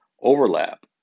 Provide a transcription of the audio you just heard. overlap